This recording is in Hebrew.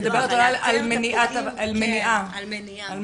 היא מדברת אולי על מניעה מלכתחילה.